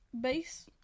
base